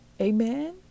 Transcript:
Amen